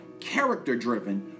character-driven